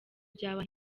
byaba